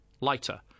lighter